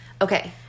Okay